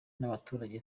n’abaturage